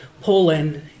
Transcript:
Poland